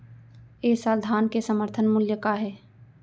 ए साल धान के समर्थन मूल्य का हे?